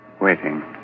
waiting